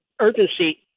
urgency